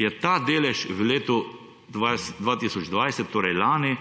je ta delež v letu 2020, torej lani,